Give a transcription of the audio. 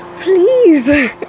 please